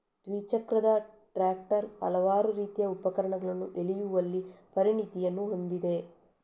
ದ್ವಿಚಕ್ರದ ಟ್ರಾಕ್ಟರ್ ಹಲವಾರು ರೀತಿಯ ಉಪಕರಣಗಳನ್ನು ಎಳೆಯುವಲ್ಲಿ ಪರಿಣತಿಯನ್ನು ಹೊಂದಿದೆ